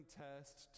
test